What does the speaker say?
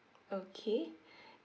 okay